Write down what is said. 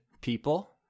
people